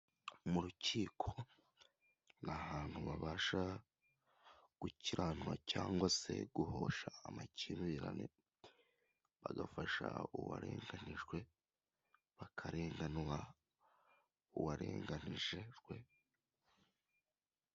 Mu rukiko ni ahantu babasha gukiranura cyangwa se guhosha amakimbirane, bagafasha uwarenganijwe, bakarenganura uwarenganijejwe.